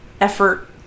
effort